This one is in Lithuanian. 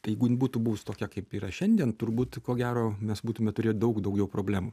tai būtų buvus tokia kaip yra šiandien turbūt ko gero mes būtume turėję daug daugiau problemų